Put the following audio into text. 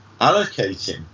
allocating